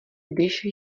když